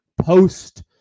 post